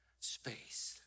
space